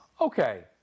Okay